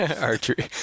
Archery